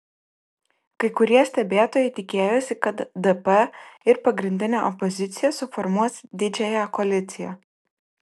kai kurie stebėtojai tikėjosi kad dp ir pagrindinė opozicija suformuos didžiąją koaliciją